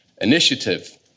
initiative